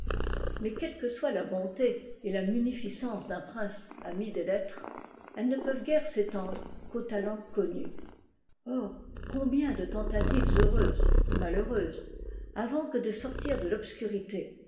mais quelles que soient la bonté et la munificence d'un prince ami des lettres elles ne peuvent guère s'étendre qu'aux talents connus or combien de tentatives heureuses malheureuses avant que de sortir de l'obscurité